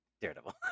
Daredevil